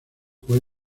juez